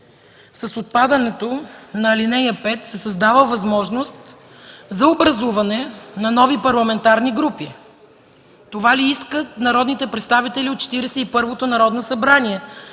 с отпадането на ал. 5 се създава възможност за образуване на нови парламентарни групи. Това ли искат народните представители от Четиридесет